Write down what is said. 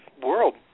world